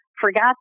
forgot